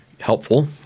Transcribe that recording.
helpful